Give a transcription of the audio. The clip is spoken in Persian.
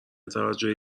توجه